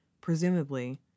presumably